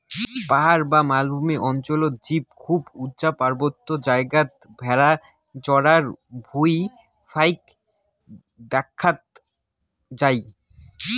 পাহাড় বা মালভূমি অঞ্চলত জীব খুব উচা পার্বত্য জাগাত ভ্যাড়া চরার ভুঁই ফাইক দ্যাখ্যাং যাই